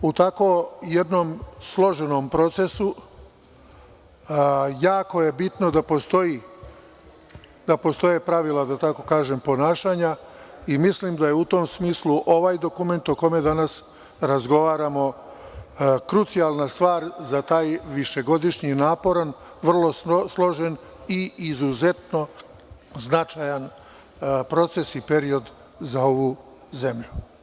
U tako jednom složenom procesu jako je bitno da postoje pravila, da tako kažem ponašanja i mislim da je u tom smislu ovaj dokument o kome danas razgovaramo krucijalna stvar za taj višegodišnji naporan, vrlo složen i izuzetno značajan proces i period za ovu zemlju.